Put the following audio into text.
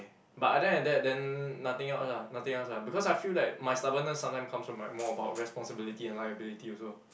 but other than that then nothing else ah nothing else ah because I feel like my stubbornness sometime comes from my more about responsibility and liability also